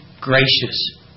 gracious